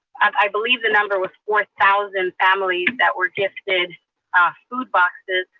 um i believe the number was four thousand families that were gifted food boxes,